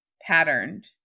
patterned